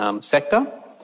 sector